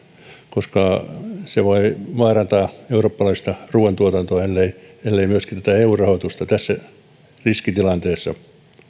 koska se voi vaarantaa eurooppalaista ruuantuotantoa ellei ellei eu rahoitusta tässä riskitilanteessa